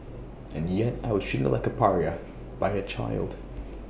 and yet I was treated like A pariah by A child